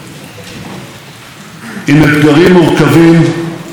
עם אתגרים מאוד לא פשוטים באזורנו.